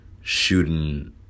shooting